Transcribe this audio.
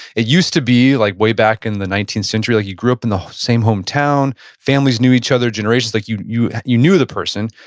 it used to be like way back in the nineteenth century, like you grew up in the same home town, families knew each other generations. like you you knew the person.